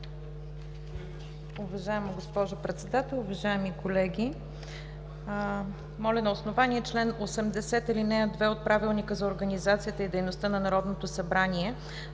Уважаема госпожо Председател, уважаеми колеги, моля, на основание чл. 80, ал. 2 от Правилника за организацията и дейността на Народното събрание,